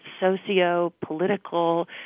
socio-political